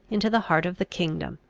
into the heart of the kingdom.